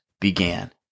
began